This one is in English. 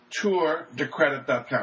tourdecredit.com